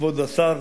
כבוד השר,